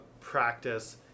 practice